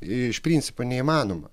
iš principo neįmanoma